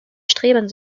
streben